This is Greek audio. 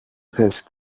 θέση